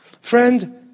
Friend